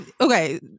Okay